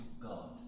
God